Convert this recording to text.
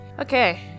Okay